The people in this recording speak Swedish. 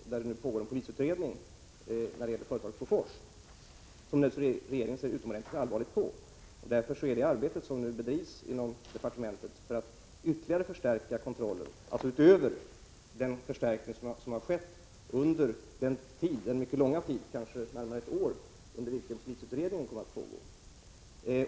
I det fallet pågår en polisutredning som regeringen ser mycket allvarligt på. Arbetet med att ytterligare förstärka kontrollen — alltså utöver den förstärkning som har skett — fortsätter under tiden som polisutredningen pågår, som kan bli närmare ett år.